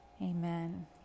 amen